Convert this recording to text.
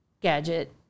gadget